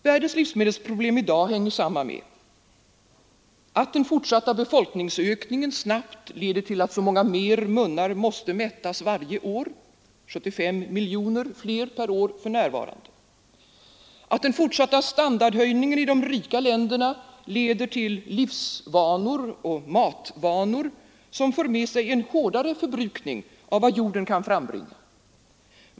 Världens livsmedelsproblem i dag hänger samman med att den fortsatta befolkningsökningen snabbt leder till att så många fler munnar måste mättas varje år — 75 miljoner fler per år för närvarande — och att den fortsatta standardhöjningen i de rika länderna leder till livsvanor och matvanor som för med sig en hårdare förbrukning av vad jorden kan frambringa.